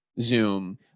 zoom